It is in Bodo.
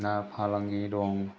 ना फालांगि दं